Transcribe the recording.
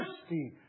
thirsty